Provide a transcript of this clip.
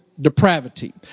Depravity